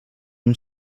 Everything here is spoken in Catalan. amb